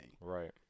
Right